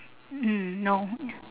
hmm no